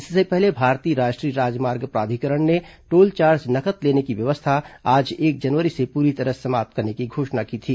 इससे पहले भारतीय राष्ट्रीय राजमार्ग प्राधिकरण ने टोल चार्ज नकद लेने की व्यवस्था आज एक जनवरी से पूरी तरह समाप्त करने की घोषणा की थी